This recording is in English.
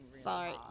Sorry